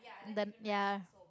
the ya